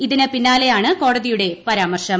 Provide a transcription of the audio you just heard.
ഇതിന് പിന്നാലെയാണ് കോടതിയുടെ പരാമർശം